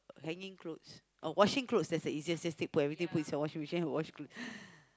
hanging clothes oh washing clothes that's the easiest just take put everything put inside washing machine and wash clothes